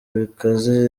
bikaze